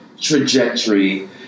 trajectory